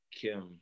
Kim